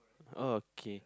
okay